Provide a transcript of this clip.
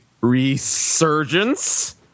resurgence